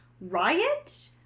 riot